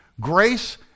Grace